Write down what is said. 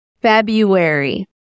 February